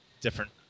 different